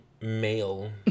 male